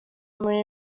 muri